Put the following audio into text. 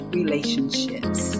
relationships